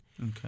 Okay